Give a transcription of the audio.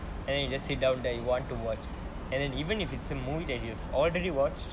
and then you just sit down there you want to watch and then even if it's a movie that you have already watched